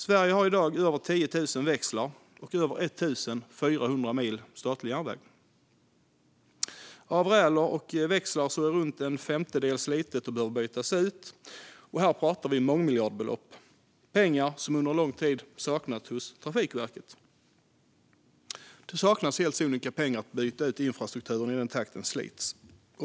Sverige har i dag över 10 000 växlar och över 1 400 mil statlig järnväg. Av räler och växlar är runt en femtedel slitna och behöver bytas ut. Och här pratar vi om mångmiljardbelopp, pengar som under en lång tid saknats hos Trafikverket. Det saknas helt enkelt pengar för att byta ut infrastrukturen i den takt som den slits.